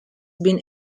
been